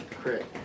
Crit